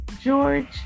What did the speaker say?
George